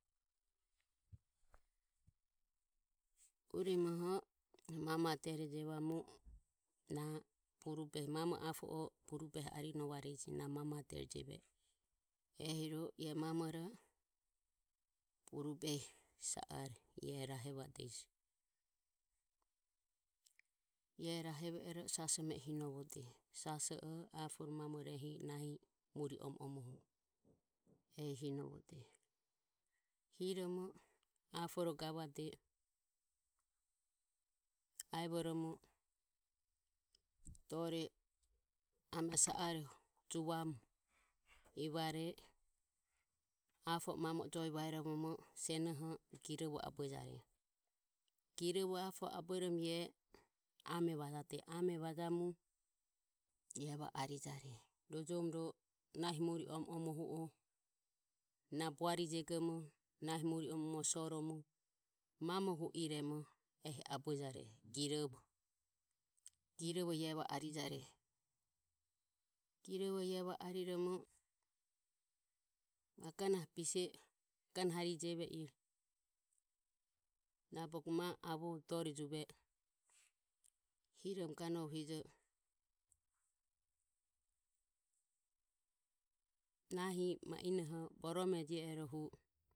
Urimoho na mamare dere jevamu na burubehi mamo apo o burubehi arinovare na mamare dere jeve e ehiro iae mamoro Burubehi sa are rahevadeje. Iae e raheve e ro na saso me o hinovode saso o apo ro mamo ro Burubehi arinovare na mamare dere jevadeje, mamoro Burubehi sa are rahevadeje, iae raheve ero saso me o hinovodeje. Saso ro aporo, mamoro ehi arinovareji, nahi muri omo omo o hiromo aporo ganovade aevoromo dore ame i sa are juvamu evare apo o mamo joe vaerovoromo senoho girovo abuejare. Girovo apo abueromo apo ame vajade ame vajamu iae e va o arije i rojomom nahi muri omo omo hu o na buari jegomo nahi muri omo omo soromo mamo hu iraejegoromo ehi va are girovo. Girovo e va o ariromo magona bise e magona hari na bogo ma avo doroho juve e hirom ganovohijo nahi ma inoho borome jie ero hu.